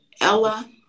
Ella